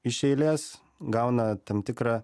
iš eilės gauna tam tikrą